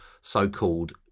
so-called